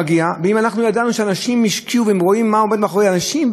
אנשים השקיעו מכספם כדי שיהיה להם איזה ביטחון.